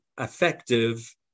effective